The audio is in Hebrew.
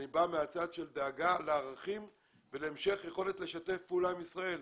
אני בא מהצד של דאגה לערכים ולהמשך יכולת לשתף פעולה עם ישראל.